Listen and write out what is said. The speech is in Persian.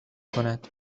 کند